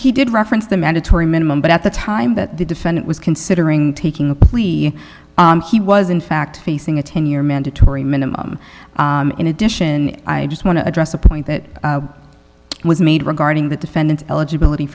he did reference the mandatory minimum but at the time that the defendant was considering taking a plea he was in fact facing a ten year mandatory minimum in addition i just want to address a point that was made regarding the defendant eligibility